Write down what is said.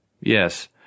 yes